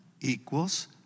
equals